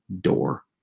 door